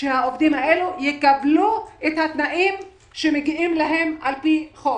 שהעובדים האלה יקבלו את התנאים שמגיעים להם לפי חוק.